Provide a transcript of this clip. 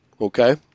okay